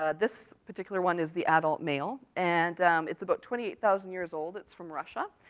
ah this particular one is the adult male, and it's about twenty eight thousand years old, it's from russia,